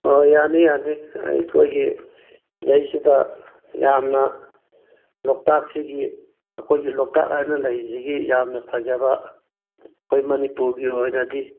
ꯌꯥꯅꯤ ꯌꯥꯅꯤ ꯑꯩꯈꯣꯏꯒꯤ ꯁꯤꯗꯩꯁꯤꯗ ꯌꯥꯝꯅ ꯂꯣꯛꯇꯥꯛ ꯁꯤꯒꯤ ꯑꯩꯈꯣꯏꯒꯤ ꯂꯣꯛꯇꯥꯛ ꯍꯥꯏꯅ ꯂꯩꯔꯤꯁꯤꯒꯤ ꯌꯥꯝꯅ ꯐꯖꯕ ꯑꯩꯈꯣꯏ ꯃꯅꯤꯄꯨꯔꯒꯤ ꯑꯣꯏꯅꯗꯤ